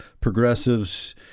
progressives